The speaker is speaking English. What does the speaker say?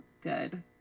good